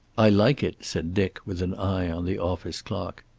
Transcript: i like it, said dick, with an eye on the office clock.